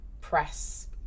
press